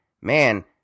man